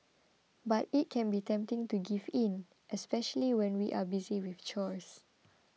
but it can be tempting to give in especially when we are busy with chores